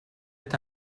est